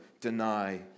deny